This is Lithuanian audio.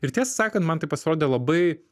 ir tiesą sakant man tai pasirodė labai